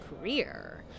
career